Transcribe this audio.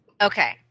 Okay